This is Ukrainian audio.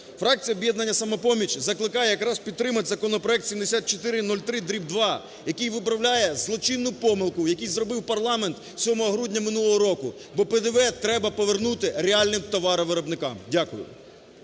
Фракція "Об'єднання ""Самопоміч" закликає якраз підтримати законопроект 7403 (дріб) 2, який виправляє злочинну помилку, яку зробив парламент 7 грудня минулого року, бо ПДВ треба повернути реальним товаровиробникам. Дякую.